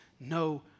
no